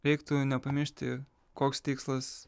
reiktų nepamiršti koks tikslas